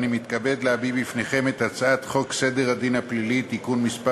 אני מתכבד להביא בפניכם את הצעת חוק סדר הדין הפלילי (תיקון מס'